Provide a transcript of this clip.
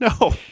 No